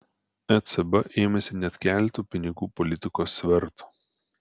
ecb ėmėsi net keleto pinigų politikos svertų